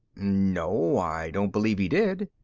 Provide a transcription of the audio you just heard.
no, i don't believe he did.